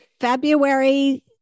February